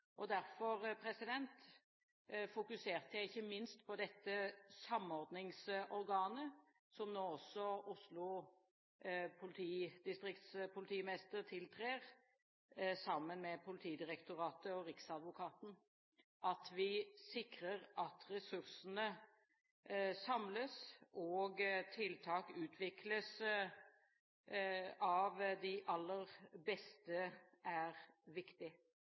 Derfor fokuserte jeg ikke minst på dette samordningsorganet som nå også Oslo politidistrikts politimester tiltrer sammen med Politidirektoratet og Riksadvokaten. At vi sikrer at ressursene samles og tiltak utvikles av de aller beste, er viktig.